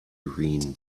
green